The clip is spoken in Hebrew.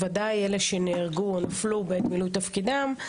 בוודאי אלה שנהרגו או נפלו בעת מילוי תפקידם.